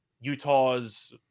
Utah's